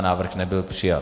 Návrh nebyl přijat.